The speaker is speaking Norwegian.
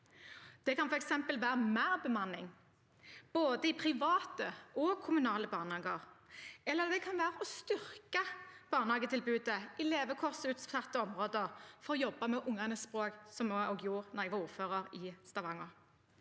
Det kan f.eks. være mer bemanning i både private og kommunale barnehager, eller det kan være å styrke barnehagetilbudet i levekårsutsatte områder for å jobbe med ungenes språk, som jeg også gjorde da jeg var ordfører i Stavanger.